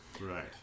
right